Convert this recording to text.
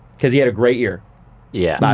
because he had a great year yeah and